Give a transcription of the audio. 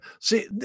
See